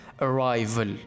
Arrival